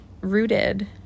rooted